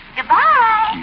Goodbye